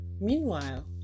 meanwhile